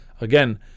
again